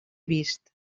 vist